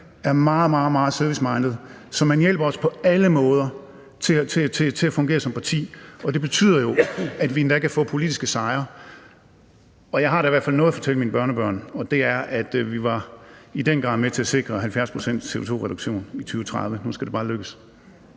er meget, meget serviceminded. Så man hjælper os på alle måder til at fungere som parti, og det betyder jo, at vi endda kan få politiske sejre. Og jeg har da i hvert fald noget at fortælle mine børnebørn, og det er, at vi i den grad var med til at sikre CO2-reduktionen på 70 pct. i 2030. Nu skal det bare lykkes.